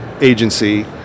agency